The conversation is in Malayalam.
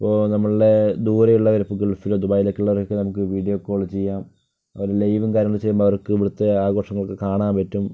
അപ്പൊൾ നമ്മളുടെ ദൂരെയുള്ളവർക്ക് ഗൾഫിലും ദുബായിൽ ഉള്ളവർക്കുമെല്ലാം നമുക്ക് വീഡിയോ കോൾ ചെയ്യാം ലൈവും കാര്യങ്ങളും വെച്ചാൽ ഇവന്മാർക്ക് ഇവിടുത്തെ ആഘോഷങ്ങളും ഒക്കെ കാണാൻ പറ്റും